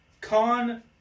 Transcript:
con